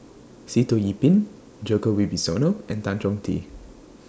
Sitoh Yih Pin Djoko Wibisono and Tan Chong Tee